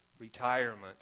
retirement